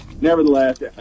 nevertheless